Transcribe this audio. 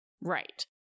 right